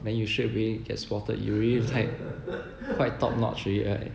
then you straight away get spotted you already like quite top-notch already right